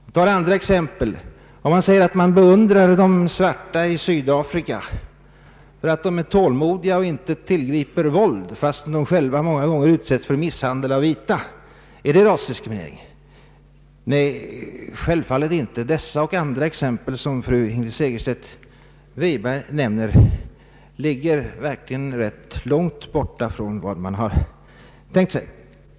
Hon tar andra exempel: Är det rasdiskriminering om man säger att man beundrar de svarta i Sydafrika för att de är tålmodiga och inte tillgriper våld fastän de själva många gånger utsätts för misshandel av vita? Nej, självfallet inte. Dessa och andra exempel som fru Segerstedt Wiberg nämner ligger verkligen långt borta från vad man har tänkt sig inrymt under ”missaktning”.